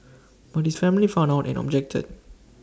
but his family found out and objected